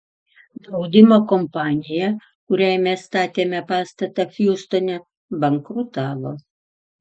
draudimo kompanija kuriai mes statėme pastatą hjustone bankrutavo